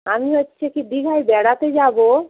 আমি হচ্ছে কি দীঘায় বেড়াতে যাব